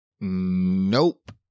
Nope